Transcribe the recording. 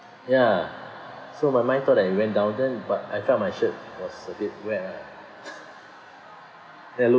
ya so my mind thought that it went down then but I felt my shirt was a bit wet ah then I look